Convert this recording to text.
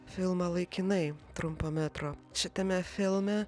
filmą laikinai trumpo metro šitame filme